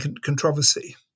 controversy